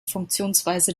funktionsweise